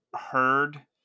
heard